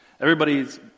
Everybody's